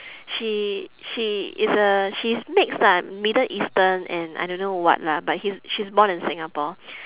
she she is a she's mixed lah middle eastern and I don't know what lah but he's she's born in singapore